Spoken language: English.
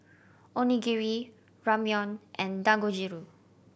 Onigiri Ramyeon and Dangojiru